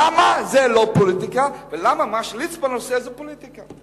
למה זה לא פוליטיקה ולמה מה שליצמן עושה זה פוליטיקה?